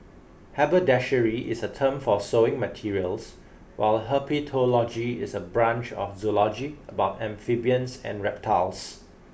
haberdashery is a term for sewing materials while herpetology is a branch of zoology about amphibians and reptiles